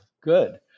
good